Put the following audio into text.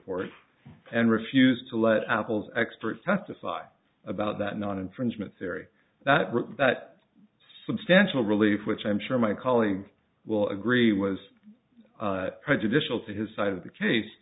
report and refused to let apple's expert testify about that not infringement theory that that substantial relief which i'm sure my colleague will agree was prejudicial to his side of the case